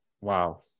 Wow